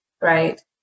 right